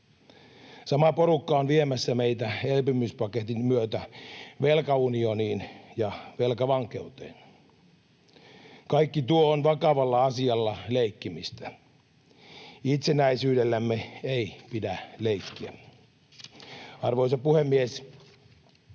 Sama porukka on viemässä meitä elpymispaketin myötä velkaunioniin ja velkavankeuteen. Kaikki tuo on vakavalla asialla leikkimistä. Itsenäisyydellämme ei pidä leikkiä. Arvoisa puhemies!